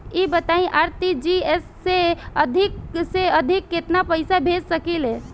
ई बताईं आर.टी.जी.एस से अधिक से अधिक केतना पइसा भेज सकिले?